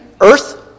earth